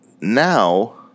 now